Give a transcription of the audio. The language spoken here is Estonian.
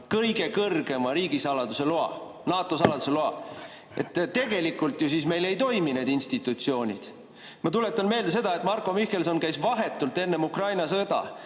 kõige kõrgema riigisaladuse loa – NATO saladuse loa. Tegelikult ju siis meil ei toimi need institutsioonid. Ma tuletan meelde seda, et Marko Mihkelson käis vahetult enne Ukraina sõda